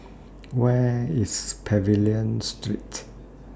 Where IS Pavilion Street